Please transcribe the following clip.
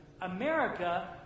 America